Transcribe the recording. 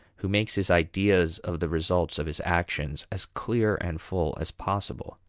who makes his ideas of the results of his actions as clear and full as possible.